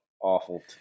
Awful